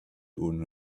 owner